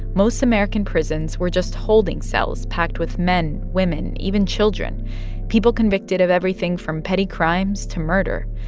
most american prisons were just holding cells packed with men, women, even children people convicted of everything from petty crimes to murder.